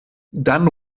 dann